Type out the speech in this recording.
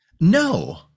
No